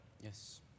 yes